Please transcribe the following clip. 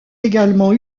également